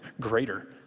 greater